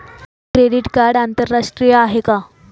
Credit card आंतरराष्ट्रीय आहे का?